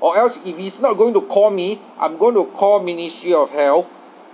or else if he's not going to call me I'm going to call ministry of health